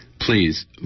Please